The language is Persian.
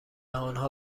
آنها